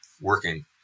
working